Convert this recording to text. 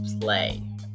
play